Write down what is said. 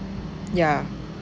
ya